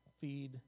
feed